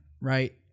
right